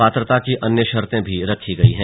पात्रता की अन्य शर्ते भी रखी गई हैं